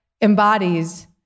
embodies